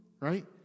right